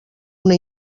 una